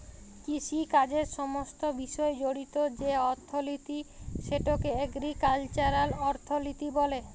কিষিকাজের সমস্ত বিষয় জড়িত যে অথ্থলিতি সেটকে এগ্রিকাল্চারাল অথ্থলিতি ব্যলে